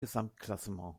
gesamtklassement